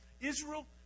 Israel